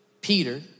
Peter